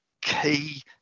key